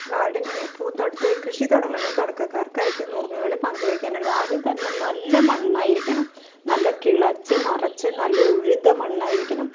gardening പൂന്തോട്ടത്തില് കൃഷി തുടങ്ങുന്ന തുടക്കക്കാർക്കായിട്ട് നുറുങ്ങുകള് പങ്കുവെക്കാനുള്ളത് ആദ്യം തന്നെ നല്ല മണ്ണായിരിക്കണം നല്ല കിളച്ച് മറിച്ച് നല്ല ഉഴുത മണ്ണായിരിക്കണം